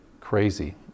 crazy